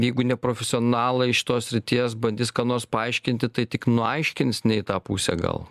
jeigu ne profesionalai šitos srities bandys ką nors paaiškinti tai tik nuaiškins nei tą pusę gal